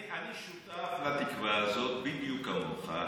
אני שותף לתקווה הזאת בדיוק כמוך.